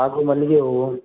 ಹಾಗೂ ಮಲ್ಲಿಗೆ ಹೂವು